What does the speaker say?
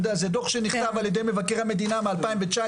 זה דו"ח שנכתב על ידי מבקר המדינה ב-2019,